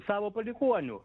savo palikuonių